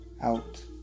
out